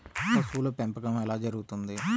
పశువుల పెంపకం ఎలా జరుగుతుంది?